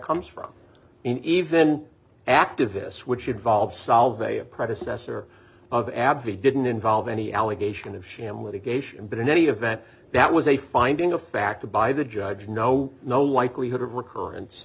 comes from in even activists which involve solve a a predecessor of advie didn't involve any allegation of sham litigation but in any event that was a finding of fact by the judge no no likelihood of recurren